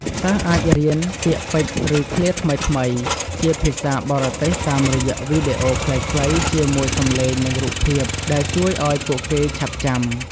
សិស្សអាចរៀន ពាក្យពេចន៍ ឬឃ្លាថ្មីៗ ជាភាសាបរទេសតាមរយៈវីដេអូខ្លីៗ ជាមួយសំឡេង និងរូបភាព ដែលជួយឲ្យពួកគេឆាប់ចាំ។